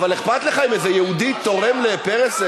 אבל אכפת לך אם איזה יהודי תורם לפרס?